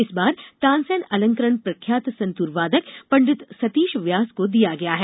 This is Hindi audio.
इस बार तानसेन अलंकरण प्रख्यात संतूर वादक पण्डित सतीश व्यास को दिया गया है